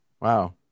Wow